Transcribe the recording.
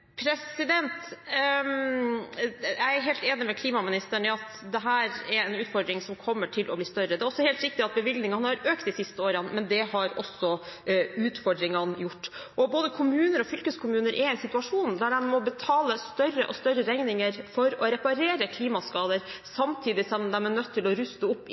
kommer. Jeg er helt enig med klimaministeren i at dette er en utfordring som kommer til å bli større. Det er også helt riktig at bevilgningene har økt de siste årene, men det har også utfordringene gjort. Både kommuner og fylkeskommuner er i en situasjon hvor de må betale større og større regninger for å reparere klimaskader, samtidig som de er nødt til å ruste opp